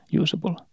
usable